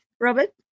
Robert